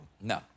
No